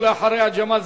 ואחריו,